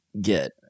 get